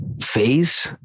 phase